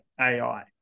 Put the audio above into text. AI